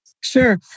Sure